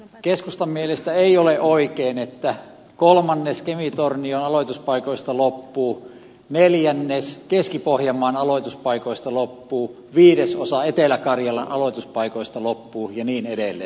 keskustan mielestä ei ole oikein että kolmannes kemi tornion aloituspaikoista loppuu neljännes keski pohjanmaan aloituspaikoista loppuu viidesosa etelä karjalan aloituspaikoista loppuu ja niin edelleen